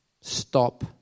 Stop